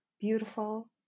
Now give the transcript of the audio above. beautiful